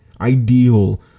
ideal